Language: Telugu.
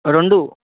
రెండు